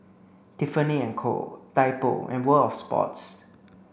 Tiffany and Co Typo and World Of Sports